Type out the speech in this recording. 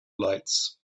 lights